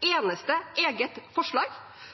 eneste eget forslag